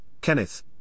Kenneth